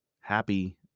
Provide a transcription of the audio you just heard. Happy